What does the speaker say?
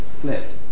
flipped